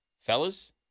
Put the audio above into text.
fellas